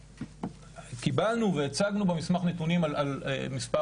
קיבלנו והצגנו במסמך נתונים על מספר